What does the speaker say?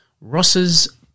Ross's